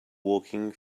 walking